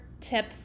tip